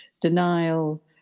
denial